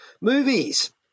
Movies